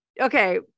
Okay